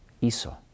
Esau